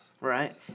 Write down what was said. Right